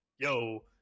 yo